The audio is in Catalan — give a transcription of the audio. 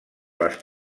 les